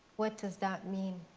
what does that mean?